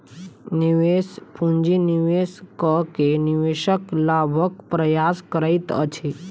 निवेश पूंजी निवेश कअ के निवेशक लाभक प्रयास करैत अछि